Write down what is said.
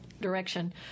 direction